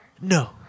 no